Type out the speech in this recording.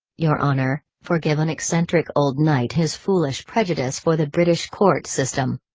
your honor, forgive an eccentric old knight his foolish prejudice for the british court system.